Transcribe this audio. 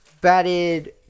batted